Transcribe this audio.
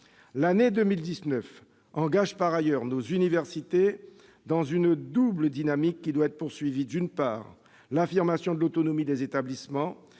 L'année 2019 engage par ailleurs nos universités dans une double dynamique qui doit être poursuivie : d'une part, l'affirmation de l'autonomie des établissements,